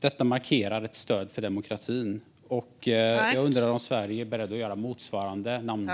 Detta markerar ett stöd för demokratin. Jag undrar om Sverige är berett att göra motsvarande namnbyte.